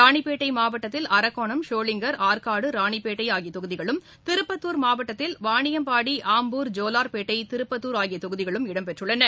ரானிப்பேட்டை மாவட்டத்தில் அரக்கோணம் சோளிங்கள் ஆற்காடு ரானிப்பேட்டை ஆகிய தொகுதிகளும் திருப்பத்தூர் மாவட்டத்தில் வானியம்பாடி ஆம்பூர் ஜோலா்பேட்டை திருப்பத்தூர் ஆகிய தொகுதிகளும் இடம்பெற்றுள்ளன